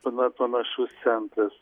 pana panašus centras